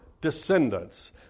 descendants